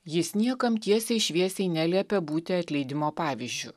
jis niekam tiesiai šviesiai neliepia būti atleidimo pavyzdžiu